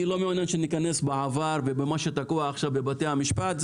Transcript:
אני לא מעוניין שניכנס למה שאירע בעבר ולמה שתקוע עכשיו בבתי המשפט.